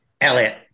Elliot